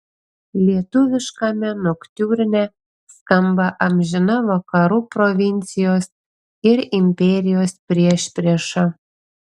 lietuviškame noktiurne skamba amžina vakarų provincijos ir imperijos priešprieša